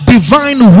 Divine